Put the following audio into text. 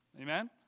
Amen